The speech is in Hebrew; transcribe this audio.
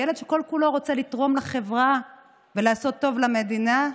הילד שכל-כולו רוצה לתרום לחברה ולעשות טוב למדינה,